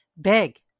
big